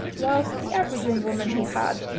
whilst the average young woman who had,